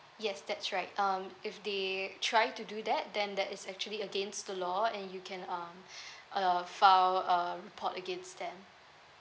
yes that's right um if they try to do that then that is actually against the law and you can um uh file a report against them